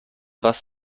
was